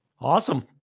Awesome